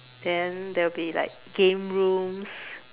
then there will be like game rooms